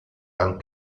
and